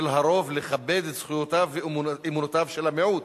הרוב לכבד את זכויותיו ואמונותיו של המיעוט